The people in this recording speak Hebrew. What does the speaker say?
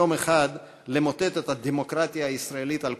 יום אחד למוטט את הדמוקרטיה הישראלית על כולנו,